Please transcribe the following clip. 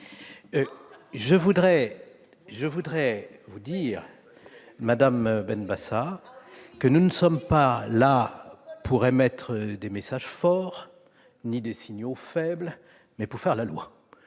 est sexiste ! Madame Benbassa, nous ne sommes pas là pour émettre des messages forts ou des signaux faibles, mais pour faire la loi.